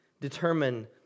determine